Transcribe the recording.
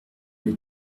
les